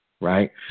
Right